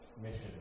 mission